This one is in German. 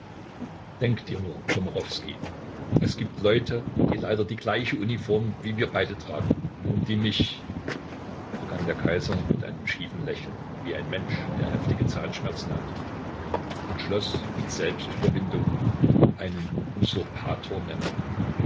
denk dir nur komarowskij es gibt leute die leider die gleiche uniform wie wir beide tragen und die mich begann der kaiser mit einem schiefen lächeln wie ein mensch der heftige zahnschmerzen hat und schloß mit selbstüberwindung einen usurpator nennen